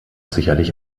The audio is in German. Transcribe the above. sicherlich